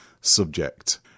subject